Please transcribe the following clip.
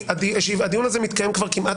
הדיון הזה מתקיים כבר כמעט